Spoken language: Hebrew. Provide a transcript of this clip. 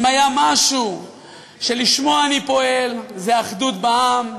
אם היה משהו שלשמו אני פועל, זה אחדות בעם,